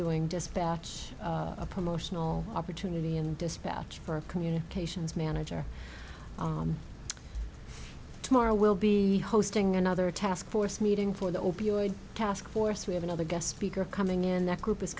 doing dispatch a promotional opportunity and dispatch for a communications manager tomorrow will be hosting another task force meeting for the opioid task force we have another guest speaker coming in that group is